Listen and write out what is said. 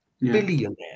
Billionaire